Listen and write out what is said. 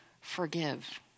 forgive